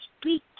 speak